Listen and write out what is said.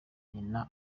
nyina